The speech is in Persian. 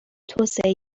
توسعه